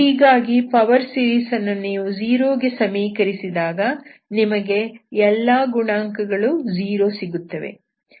ಹೀಗಾಗಿ power series ಅನ್ನು ನೀವು 0 ಗೆ ಸಮೀಕರಿಸಿದಾಗ ನಿಮಗೆ ಎಲ್ಲಾ ಗುಣಾಂಕಗಳು 0 ಸಿಗುತ್ತವೆ